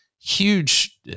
huge